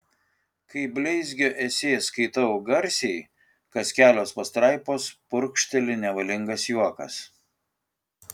kai bleizgio esė skaitau garsiai kas kelios pastraipos purkšteli nevalingas juokas